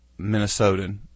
Minnesotan